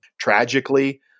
tragically